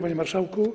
Panie Marszałku!